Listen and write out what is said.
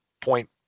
point